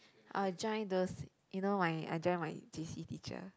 I join those you know I I join my J_C teacher